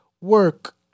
work